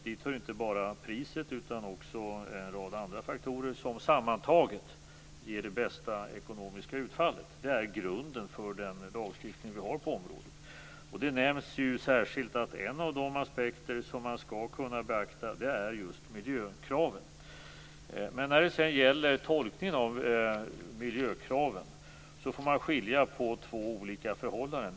Dit hör inte bara priset utan även en rad andra faktorer som sammantaget ger det bästa ekonomiska utfallet. Det är grunden för den lagstiftning vi har på området. Det nämns särskilt att en av de aspekter som man skall kunna beakta är miljökraven. När det sedan gäller tolkningen av miljökraven får man skilja på två olika förhållanden.